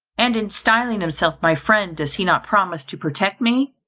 and in styling himself my friend does he not promise to protect me.